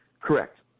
Correct